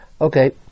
Okay